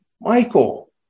Michael